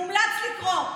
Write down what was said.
מומלץ לקרוא.